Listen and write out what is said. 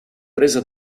presa